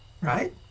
Right